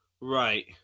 Right